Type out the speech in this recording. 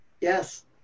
Yes